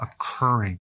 occurring